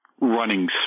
running